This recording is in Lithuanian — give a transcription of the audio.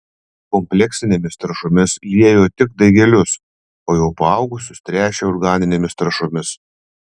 kompleksinėmis trąšomis liejo tik daigelius o jau paaugusius tręšė organinėmis trąšomis